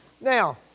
Now